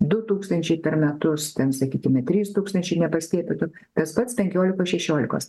du tūkstančiai per metus ten sakykime trys tūkstančiai nepaskiepytų tas pats penkiolikos šešiolikos